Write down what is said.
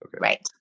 Right